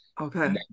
Okay